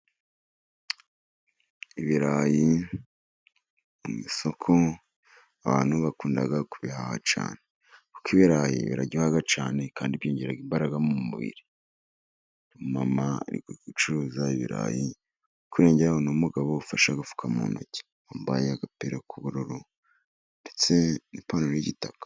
Ibirayi: amasoko abantu bakunda kubihaha cyane, kuko ibirayi biraryoha cyane, kandi byongera imbaraga mu mubiri, umumama arigucuruza ibirayi yegeranye ni umugabo ufashe agufuka mu ntoki, wambaye agapira k'ubururu ndetse n'ipantaro y'igitaka.